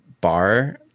bar